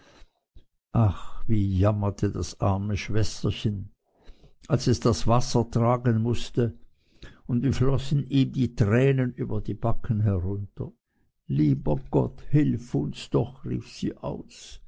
ach wie jammerte das arme schwesterchen als es das wasser tragen mußte und wie flossen ihm die tränen über die backen herunter lieber gott hilf uns doch rief sie aus